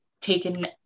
taken